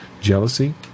jealousy